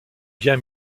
bien